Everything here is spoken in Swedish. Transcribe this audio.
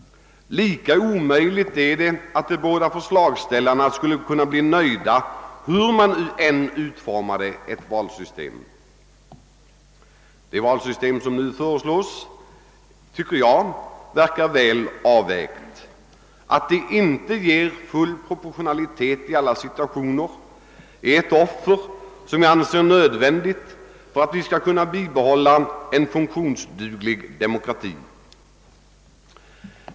Hur man än utformade valsystemet skulle inte bägge förslagsställarna bli nöjda. Det valsystem som nu föreslås tycker jag verkar väl avvägt. Att det inte ger full proportionalitet i alla situationer är ett offer som jag anser nödvändigt för att kunna behålla en funktionsduglig demokrati.